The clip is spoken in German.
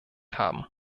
haben